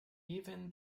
even